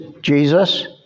Jesus